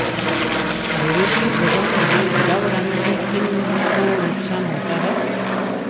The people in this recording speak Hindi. डेरिवेटिव बाजार में गिरावट आने से किन को नुकसान होता है?